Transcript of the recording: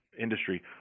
industry